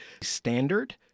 Standard